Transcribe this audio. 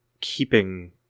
keeping